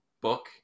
book